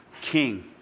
king